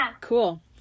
cool